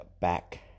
back